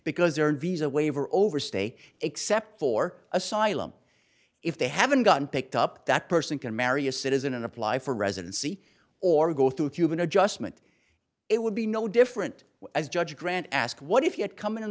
their visa waiver overstay except for asylum if they haven't gotten picked up that person can marry a citizen and apply for residency or go through a cuban adjustment it would be no different as judge grant ask what if you had come in